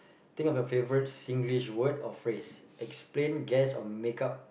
think of your favourite Singlish word or phrase explain guess or make up